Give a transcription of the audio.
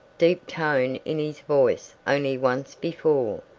deep tone in his voice only once before.